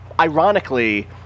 Ironically